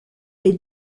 est